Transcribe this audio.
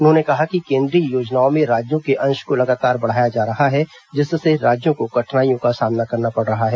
उन्होंने कहा कि केन्द्रीय योजनाओं में राज्यों के अंश को लगातार बढ़ाया जा रहा है जिससे राज्यों को कठिनाइयों का सामना करना पड़ रहा है